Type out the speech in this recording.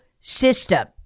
system